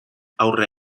aurre